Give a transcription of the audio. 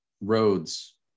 roads